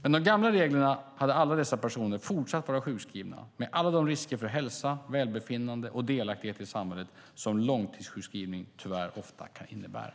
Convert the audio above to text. Med de gamla reglerna hade alla dessa personer fortsatt att vara sjukskrivna med alla de risker för hälsa, välbefinnande och delaktighet i samhället som långtidssjukskrivning tyvärr ofta kan innebära.